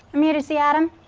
i'm here to see adam.